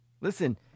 Listen